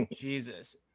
Jesus